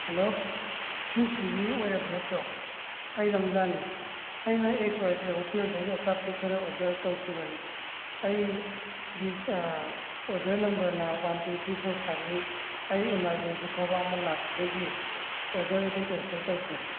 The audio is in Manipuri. ꯍꯂꯣ ꯁꯤ ꯁ꯭ꯋꯤꯒꯤ ꯑꯣꯏꯔꯕꯥ ꯅꯠꯇ꯭ꯔꯣ ꯑꯩ ꯔꯝꯖꯥꯟꯅꯦ ꯑꯩꯅ ꯑꯦꯛꯁ ꯋꯥꯏ ꯖꯦꯠ ꯍꯣꯇꯦꯜꯗꯒꯤ ꯑꯆꯥꯄꯣꯠ ꯈꯔ ꯑꯣꯔꯗꯔ ꯇꯧꯈꯤꯕꯅꯦ ꯑꯩ ꯒꯤ ꯑꯣꯔꯗꯔ ꯅꯝꯕꯔꯅ ꯋꯥꯟ ꯇꯨ ꯊ꯭ꯔꯤ ꯐꯣꯔ ꯐꯥꯏꯚꯅꯤ ꯑꯩ ꯏꯃꯥꯔꯖꯦꯟꯁꯤ ꯊꯕꯛ ꯑꯃ ꯂꯥꯛꯄꯗꯒꯤ ꯑꯣꯔꯗꯔ ꯑꯗꯨ ꯀꯦꯟꯁꯦꯜ ꯇꯧꯈ꯭ꯔꯦ